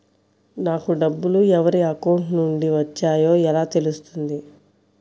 నాకు డబ్బులు ఎవరి అకౌంట్ నుండి వచ్చాయో ఎలా తెలుస్తుంది?